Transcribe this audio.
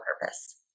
purpose